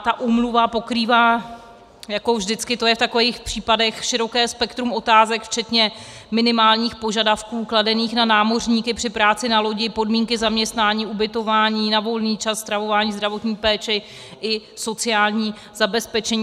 Ta úmluva pokrývá, jako vždycky to je v takových případech, široké spektrum otázek včetně minimálních požadavků kladených na námořníky při práci na lodi, podmínky zaměstnání, ubytování, volný čas, stravování, zdravotní péči i sociální zabezpečení.